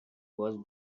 was